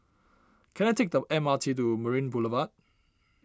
can I take the M R T to Marina Boulevard